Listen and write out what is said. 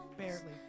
barely